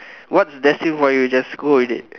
what's destined for you just go with it